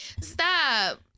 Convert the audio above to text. stop